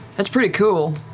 that's pretty cool.